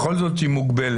בכל זאת היא מוגבלת.